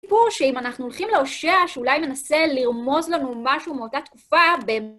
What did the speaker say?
שאם אנחנו הולכים להושע, שאולי מנסה לרמוז לנו משהו מאותה תקופה...